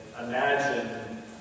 imagine